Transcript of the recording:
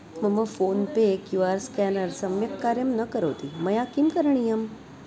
मम PhonePe Q R scanner सम्यक् कार्यं न करोति मया किं करणीयम्